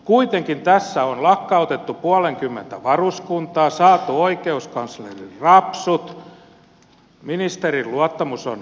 kuitenkin tässä on lakkautettu puolenkymmentä varuskuntaa saatu oikeuskanslerin rapsut ministerin luottamus on mitattu